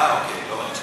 אה, אוקיי.